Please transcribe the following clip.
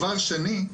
דבר שני,